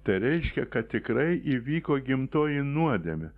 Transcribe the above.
tai reiškia kad tikrai įvyko gimtoji nuodėmė